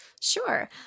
Sure